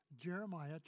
Jeremiah